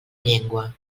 llengua